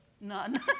None